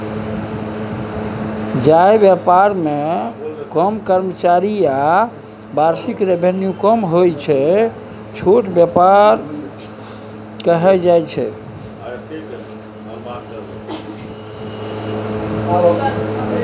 जाहि बेपार मे कम कर्मचारी आ बार्षिक रेवेन्यू कम होइ छै छोट बेपार कहय छै